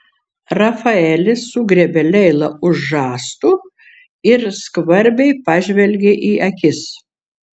rafaelis sugriebė leilą už žastų ir skvarbiai pažvelgė į akis